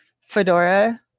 fedora